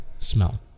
smell